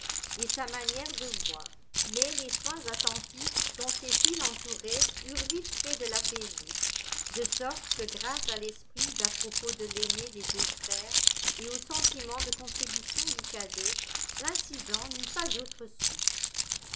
et sa manière de voir mais les soins attentifs dont ses filles l'entouraient eurent vite fait de l'apaiser de sorte que grâce à l'esprit d'à propos de l'aîné des deux frères et aux sentiments de contribution du cadet l'incident n'eut pas d'autre suite